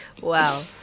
Wow